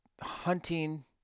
hunting